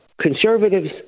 conservatives